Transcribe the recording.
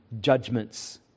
judgments